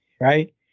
right